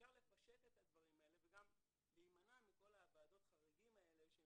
אפשר לפשט את הדברים האלה וגם להימנע מכל ועדות החריגים האלה שהן